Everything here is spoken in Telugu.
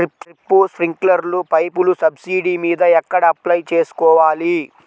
డ్రిప్, స్ప్రింకర్లు పైపులు సబ్సిడీ మీద ఎక్కడ అప్లై చేసుకోవాలి?